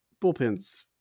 bullpens